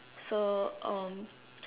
so um